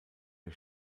der